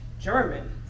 German